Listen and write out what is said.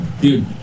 Dude